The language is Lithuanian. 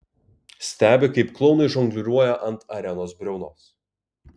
stebi kaip klounai žongliruoja ant arenos briaunos